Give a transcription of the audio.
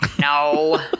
No